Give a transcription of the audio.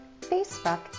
Facebook